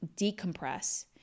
decompress